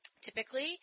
Typically